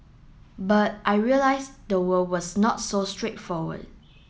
but I realised the world was not so straightforward